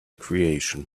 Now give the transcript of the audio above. creation